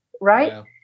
Right